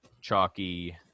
chalky